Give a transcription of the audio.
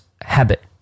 habit